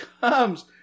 comes